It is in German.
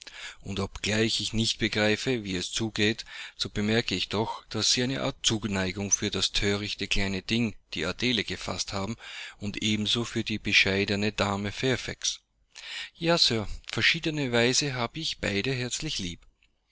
und obgleich ich nicht begreife wie es zugeht so bemerke ich doch daß sie eine art von zuneigung für das thörichte kleine ding die adele gefaßt haben und ebenso für die bescheidene dame fairfax ja sir in verschiedener weise habe ich beide herzlich lieb